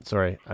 Sorry